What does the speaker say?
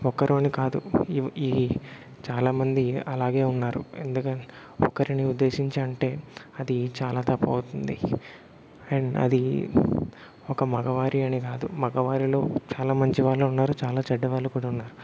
ఒకరు అని కాదు ఈ చాలామంది అలాగే ఉన్నారు ఎందుకంటే ఒకరిని ఉద్దేశించి అంటే అది చాలా తప్పు అవుతుంది అండ్ అది ఒక మగవారి అని కాదు మగవారిలో చాలా మంచి వాళ్ళు ఉన్నారు చాలా చెడ్డ వాళ్ళు కూడా ఉన్నారు